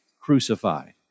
crucified